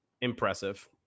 impressive